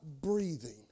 breathing